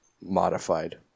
modified